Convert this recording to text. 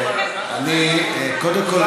קודם כול,